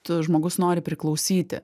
tu žmogus nori priklausyti